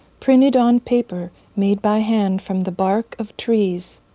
printed on paper made by hand from the bark of trees.